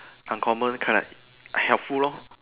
uncommon correct helpful lor